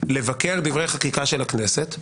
לבקר דברי חקיקה של הכנסת,